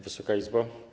Wysoka Izbo!